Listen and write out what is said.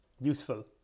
useful